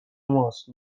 ماست